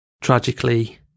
Tragically